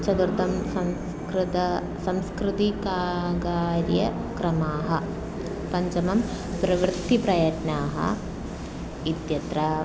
चतुर्थं संस्कृत संस्कृतिककार्यक्रमाः पञ्चमं प्रवृत्तिप्रयत्नः इत्यत्र